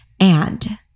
and-